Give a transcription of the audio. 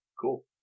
Cool